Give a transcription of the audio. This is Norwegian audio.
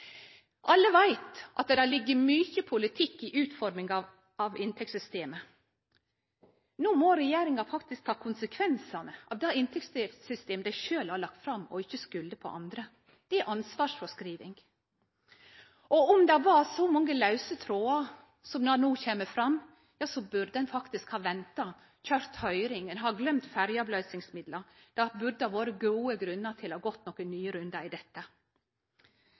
Alle veit at det ligg mykje politikk i utforminga av inntektssystemet. No må regjeringa faktisk ta konsekvensane av det inntektssystemet dei sjølve har lagt fram, og ikkje skulde på andre. Det er ansvarsfråskriving. Og om det er så mange lause trådar som det som no kjem fram, burde ein ha venta og køyrt høyring. Ein har gløymt ferjeavløysingsmidlar. Det burde ha vore gode grunnar til å ha gått nokre nye rundar på dette.